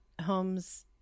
homes